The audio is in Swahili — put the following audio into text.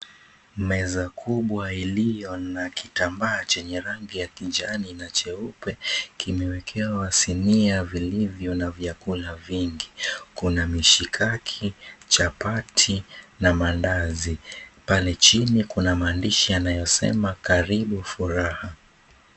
Meza kubwa iliyo na kitambaa chenye rangi ya kijani na cheupe kimewekewa sinia vilivyo na vyakula vingi. Kuna mishikaki, chapati na maandazi. Pale chini kuna maandishi yanayosema, Karibu Furaha.